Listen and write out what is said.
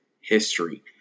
history